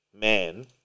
man